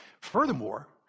Furthermore